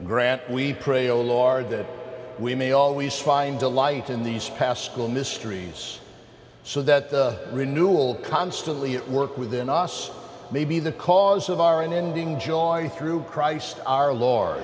grant we pray o lord that we may always find delight in these past school mysteries so that the renewal constantly at work within us may be the cause of our an ending joy through christ our l